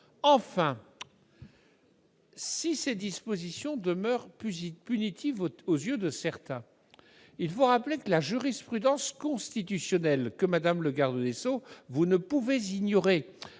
Enfin, si ces dispositions demeurent punitives aux yeux de certains, il faut rappeler que la jurisprudence constitutionnelle, que, madame la garde des sceaux, vous ne pouvez ignorer,